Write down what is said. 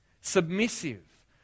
submissive